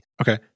Okay